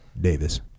Davis